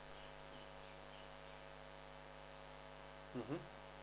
mmhmm